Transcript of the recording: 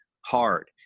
hard